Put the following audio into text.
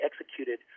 executed